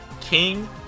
King